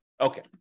Okay